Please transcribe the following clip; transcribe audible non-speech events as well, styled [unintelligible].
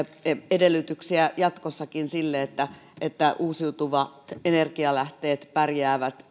edellytyksiä jatkossakin sille että että uusiutuvat energianlähteet pärjäävät [unintelligible]